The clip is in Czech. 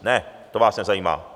Ne, to vás nezajímá.